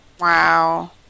Wow